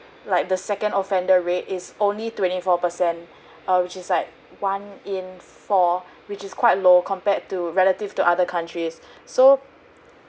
like the second offender rate is only twenty four percent err which is like one in four which is quite low compared to relative to other countries so